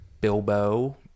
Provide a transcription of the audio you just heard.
Bilbo